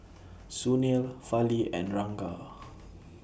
Sunil Fali and Ranga